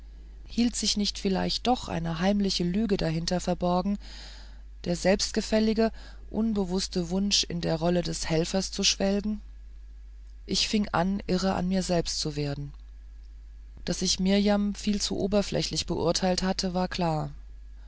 hielt sich nicht vielleicht doch eine heimliche lüge dahinter verborgen der selbstgefällige unbewußte wunsch in der rolle des helfers zu schwelgen ich fing an irre an mir selbst zu werden daß ich mirjam viel zu oberflächlich beurteilt hatte war klar